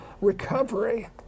recovery